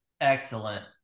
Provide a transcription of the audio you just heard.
excellent